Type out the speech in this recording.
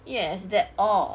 yes that all